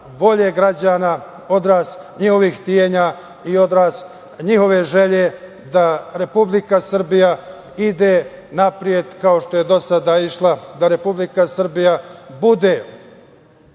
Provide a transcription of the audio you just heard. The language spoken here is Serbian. volje građana, odraz njihovih htenja i odraz njihove želje da Republika Srbija ide napred kao što je dosada išla, da Republika Srbija bude